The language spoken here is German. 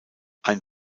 ein